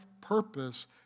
purpose